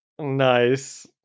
Nice